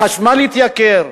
החשמל התייקר,